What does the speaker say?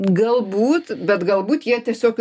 galbūt bet galbūt jie tiesiog